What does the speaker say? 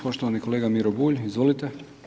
Poštovani kolega Miro Bulj, izvolite.